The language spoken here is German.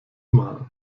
mal